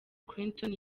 clinton